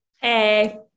hey